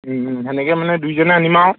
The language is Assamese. সেনেকৈ মানে দুয়োজনে আনিম আৰু